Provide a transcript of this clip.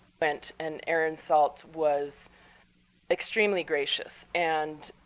went. and aaron salt was extremely gracious. and